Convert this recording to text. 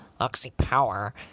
oxy-power